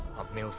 of loyalty.